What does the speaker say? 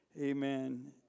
Amen